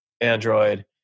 Android